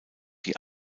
die